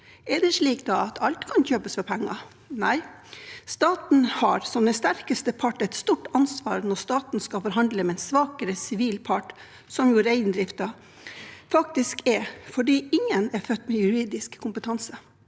Er det slik at alt kan kjøpes for penger? Nei, staten har som den sterkeste part et stort ansvar når staten skal forhandle med en svakere sivil part, som jo reindriften faktisk er, fordi ingen er født med juridisk kompetanse.